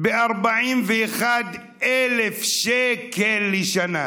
מתוקצב ב-41,000 שקל לשנה,